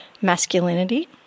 masculinity